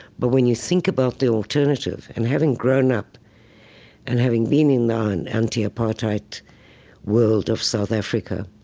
but when you think about the alternative and having grown up and having been in the and anti-apartheid world of south africa,